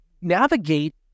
navigate